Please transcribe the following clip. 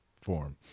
form